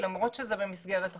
למרות שזה במסגרת החוק,